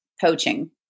poaching